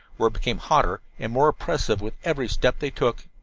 where it became hotter and more oppressive with every step they took.